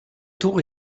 tour